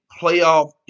playoff